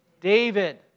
David